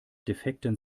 defekten